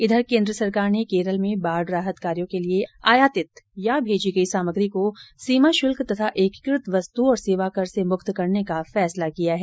इधर केंद्र सरकार ने केरल में बाढ़ राहत कार्यो के लिए आयातित या भेजी गई सामग्री को सीमा शुल्क तथा एकीकृत वस्तु और सेवा कर से मुक्त करने का फैसला किया है